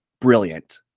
brilliant